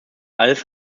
alles